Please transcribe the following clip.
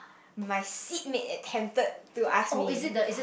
my seat mate attempted to ask me